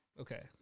Okay